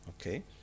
Okay